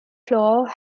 floor